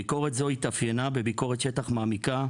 ביקורת זו התאפיינה בביקורת שטח מעמיקה,